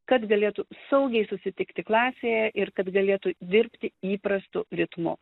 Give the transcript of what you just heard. kad galėtų saugiai susitikti klasėje ir kad galėtų dirbti įprastu ritmu